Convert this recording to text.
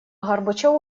горбачёву